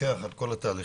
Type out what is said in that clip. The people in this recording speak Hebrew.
לפקח על כל התהליכים,